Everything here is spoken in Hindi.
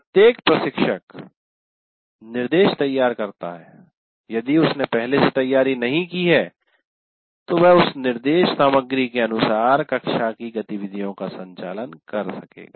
प्रत्येक प्रशिक्षक निर्देश तैयार करता है यदि उसने पहले से तैयारी नहीं की है तो वह उस निर्देश सामग्री के अनुसार कक्षा की गतिविधियों का संचालन करेगा